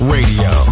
Radio